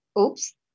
Oops